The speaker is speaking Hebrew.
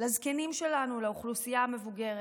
לזקנים שלנו, לאוכלוסייה המבוגרת.